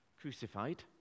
Crucified